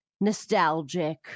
nostalgic